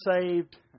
saved